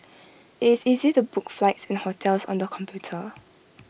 IT is easy to book flights and hotels on the computer